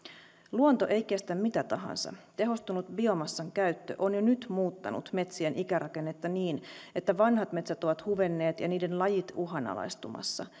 luonto ei kestä mitä tahansa tehostunut biomassan käyttö on jo nyt muuttanut metsien ikärakennetta niin että vanhat metsät ovat huvenneet ja niiden lajit uhanalaistumassa